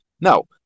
No